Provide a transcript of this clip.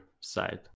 side